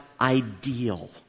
ideal